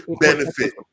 benefit